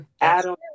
Adam